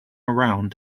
around